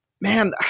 man